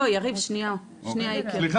אני אתן לך